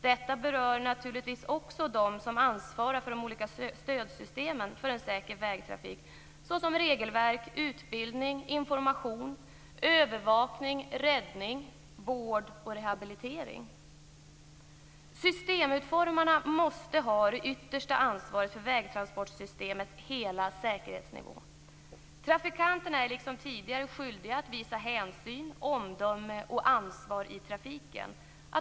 Detta berör naturligtvis också dem som ansvarar för de olika stödsystemen för en säker vägtrafik, såsom regelverk, utbildning, information, övervakning, räddning, vård och rehabilitering. Systemutformarna måste ha det yttersta ansvaret för vägtransportsystemets hela säkerhetsnivå. Trafikanterna är liksom tidigare skyldiga att visa hänsyn, omdöme och ansvar i trafiken.